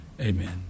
Amen